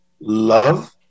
love